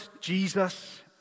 Jesus